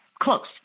Close